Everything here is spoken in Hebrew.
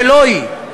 ולא היא,